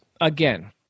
again